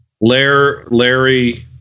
Larry